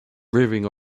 rearing